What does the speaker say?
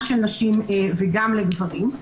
גם של נשים וגם של גברים.